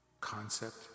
concept